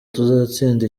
tuzatsinda